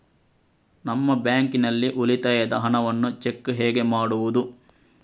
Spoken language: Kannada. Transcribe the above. ನಮ್ಮ ಬ್ಯಾಂಕ್ ನಲ್ಲಿ ಉಳಿತಾಯದ ಹಣವನ್ನು ಚೆಕ್ ಹೇಗೆ ಮಾಡುವುದು?